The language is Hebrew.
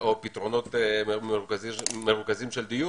או פתרונות מרוכזים של דיור.